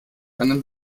einen